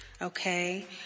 okay